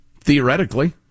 Theoretically